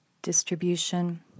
Distribution